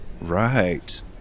Right